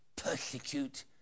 Persecute